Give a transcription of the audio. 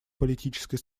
политической